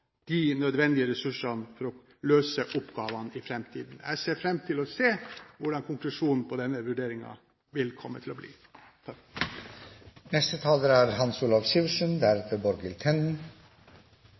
de nødvendige ressurser for å kunne løse oppgavene i framtiden. Jeg ser fram til å se hvordan konklusjonen på denne vurderingen vil komme til å bli. Først og fremst er